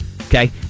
Okay